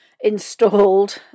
installed